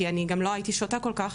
כי גם לא הייתי שותה כל כך,